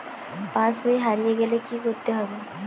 পাশবই হারিয়ে গেলে কি করতে হবে?